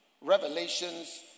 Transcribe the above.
Revelations